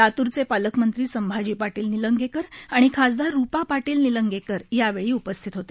लातूरचे पालकमंत्री संभाजी पाटील निलंगेकर आणि खासदार रूपा पाटील निलंगेकर यावेळी उपस्थित होते